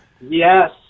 Yes